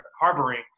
harboring